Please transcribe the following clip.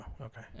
Okay